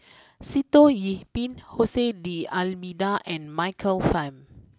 Sitoh Yih Pin Jose D Almeida and Michael Fam